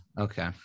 Okay